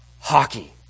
hockey